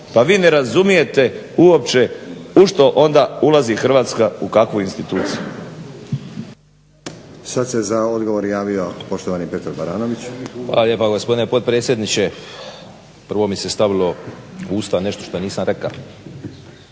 Pa vi ne razumijete uopće u što onda ulazi Hrvatska, u kakvu instituciju. **Stazić, Nenad (SDP)** Sad se za odgovor javio poštovani Petar Baranović. **Baranović, Petar (HNS)** Hvala lijepa gospodine potpredsjedniče. Prvo mi se stavilo u usta nešto što nisam rekao,